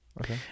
okay